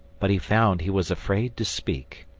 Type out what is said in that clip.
but he found he was afraid to speak.